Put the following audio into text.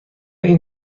این